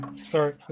sorry